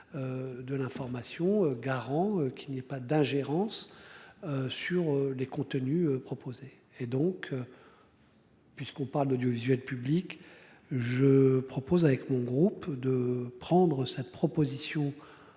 De l'information garant qui n'est pas d'ingérence. Sur les contenus proposés et donc. Puisqu'on parle de l'audiovisuel public. Je propose avec mon groupe de prendre sa proposition.